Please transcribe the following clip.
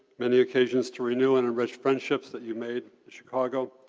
many occasions to renew and enrich friendships that you made chicago,